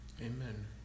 Amen